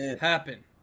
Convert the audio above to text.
happen